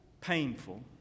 painful